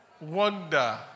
Wonder